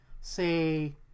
say